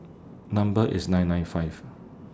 Number IS nine nine five